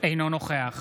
אינו נוכח